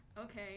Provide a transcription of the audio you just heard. Okay